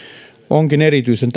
onkin erityisen